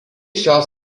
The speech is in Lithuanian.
šios